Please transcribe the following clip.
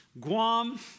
Guam